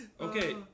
Okay